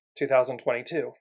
2022